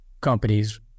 companies